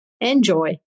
Enjoy